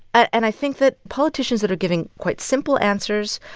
and i think that politicians that are giving quite simple answers,